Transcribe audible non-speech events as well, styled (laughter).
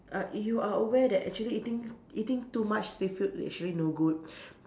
uh you are aware that actually eating eating too much seafood actually no good (breath)